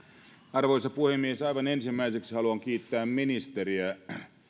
arvoisa puhemies aivan ensimmäiseksi haluan kiittää ministeriä siitä